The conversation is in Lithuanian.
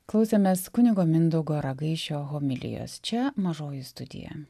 klausėmės kunigo mindaugo ragaišio homilijos čia mažoji studija